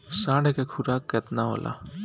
साँढ़ के खुराक केतना होला?